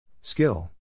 Skill